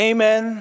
Amen